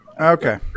Okay